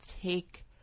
take